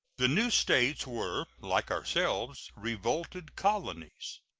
the new states were, like ourselves, revolted colonies.